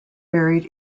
buried